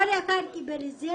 כל אחד קיבל את זה